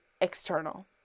external